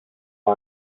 ένα